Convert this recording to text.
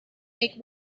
make